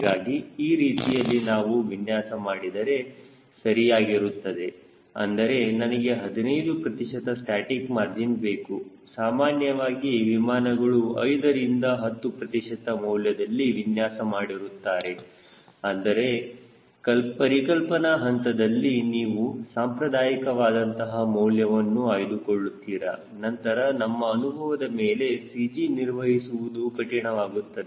ಹೀಗಾಗಿ ಈ ರೀತಿಯಲ್ಲಿ ನಾವು ವಿನ್ಯಾಸ ಮಾಡಿದರೆ ಸರಿಯಾಗಿರುತ್ತದೆ ಅಂದರೆ ನನಗೆ 15 ಪ್ರತಿಶತ ಸ್ಟಾಸ್ಟಿಕ್ ಮಾರ್ಜಿನ್ ಬೇಕು ಸಾಮಾನ್ಯವಾಗಿ ವಿಮಾನಗಳು 5 ರಿಂದ 10 ಪ್ರತಿಶತ ಮೌಲ್ಯದಲ್ಲಿ ವಿನ್ಯಾಸ ಮಾಡಿರುತ್ತಾರೆ ಆದರೆ ಪರಿಕಲ್ಪನಾ ಹಂತದಲ್ಲಿ ನೀವು ಸಾಂಪ್ರದಾಯಿಕವಾದಂತಹ ಮೌಲ್ಯವನ್ನು ಆಯ್ದುಕೊಳ್ಳುತ್ತೀರಾ ನಂತರ ನಮ್ಮ ಅನುಭವದ ಮೇಲೆ CG ನಿರ್ವಹಿಸುವುದು ಕಠಿಣವಾಗುತ್ತದೆ